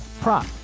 prop